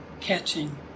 catching